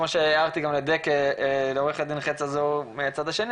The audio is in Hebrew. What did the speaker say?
כמו שהערתי גם לעו"ד חץ שהוא מהצד השני,